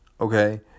Okay